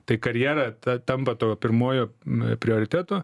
tai karjera ta tampa tuo pirmuoju prioritetu